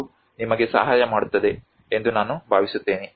ಇದು ನಿಮಗೆ ಸಹಾಯ ಮಾಡುತ್ತದೆ ಎಂದು ನಾನು ಭಾವಿಸುತ್ತೇನೆ